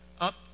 up